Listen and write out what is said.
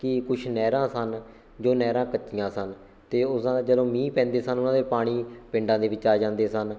ਕਿ ਕੁਛ ਨਹਿਰਾਂ ਸਨ ਜੋ ਨਹਿਰਾਂ ਕੱਚੀਆਂ ਸਨ ਅਤੇ ਉਸਦਾ ਜਦੋਂ ਮੀਂਹ ਪੈਂਦੇ ਸਨ ਉਹਨਾਂ ਦੇ ਪਾਣੀ ਪਿੰਡਾਂ ਦੇ ਵਿੱਚ ਆ ਜਾਂਦੇ ਸਨ